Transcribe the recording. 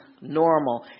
normal